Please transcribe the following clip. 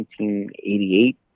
1988